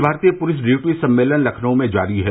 अखिल भारतीय police duty सम्मेलन लखनऊ में जारी है